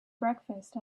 breakfast